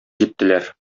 җиттеләр